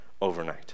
overnight